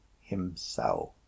himself